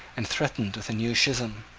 and threatened with a new schism.